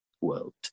world